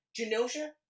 genosha